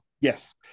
Yes